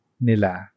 nila